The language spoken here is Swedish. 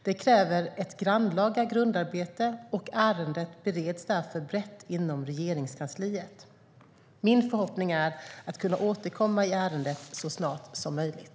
Det kräver ett grannlaga grundarbete, och ärendet bereds därför brett inom Regeringskansliet. Min förhoppning är att kunna återkomma i ärendet så snart som möjligt.